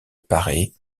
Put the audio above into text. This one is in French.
paray